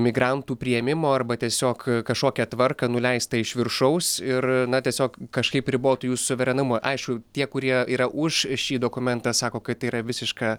migrantų priėmimo arba tiesiog kažkokią tvarką nuleistą iš viršaus ir na tiesiog kažkaip ribotų jų suverenumą aišku tie kurie yra už šį dokumentą sako kad yra visiška